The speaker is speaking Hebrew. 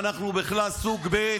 אנחנו בכלל סוג ב'.